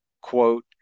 quote